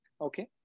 okay